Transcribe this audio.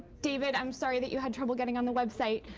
david, i'm sorry that you had trouble getting on the website,